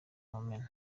mumena